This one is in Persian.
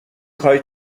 خوای